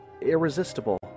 irresistible